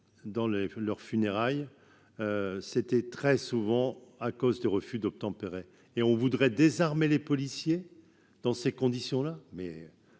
de leurs funérailles, c'était très souvent à cause de refus d'obtempérer et on voudrait désarmer les policiers dans ces conditions là, mais